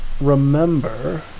remember